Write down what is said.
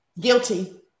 Guilty